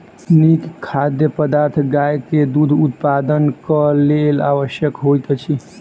नीक खाद्य पदार्थ गाय के दूध उत्पादनक लेल आवश्यक होइत अछि